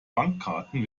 bankkarten